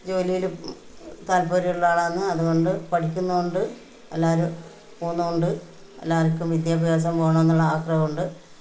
ജോലിയിൽ താല്പര്യം ഉള്ള ആളാന്നു അതുകൊണ്ട് പഠിക്കുന്നത് കൊണ്ട് എല്ലാരും പോകുന്നുണ്ട് എല്ലാവര്ക്കും വിദ്യാഭ്യാസം വേണമെന്നുള്ള ആഗ്രഹം ഉണ്ട്